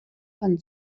von